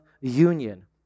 union